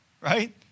right